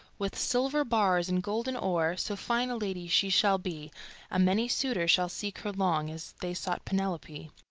with silver bars and golden ore, so fine a lady she shall be, a many suitor shall seek her long, as they sought penelope.